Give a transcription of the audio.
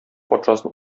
патшасын